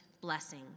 blessing